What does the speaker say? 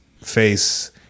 face